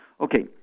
Okay